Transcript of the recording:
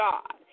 God